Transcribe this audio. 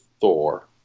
thor